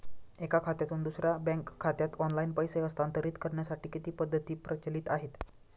एका खात्यातून दुसऱ्या बँक खात्यात ऑनलाइन पैसे हस्तांतरित करण्यासाठी किती पद्धती प्रचलित आहेत?